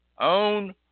own